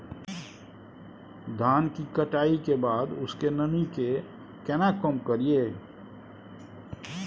धान की कटाई के बाद उसके नमी के केना कम करियै?